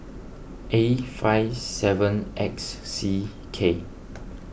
A five seven X C K